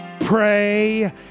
pray